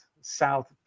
South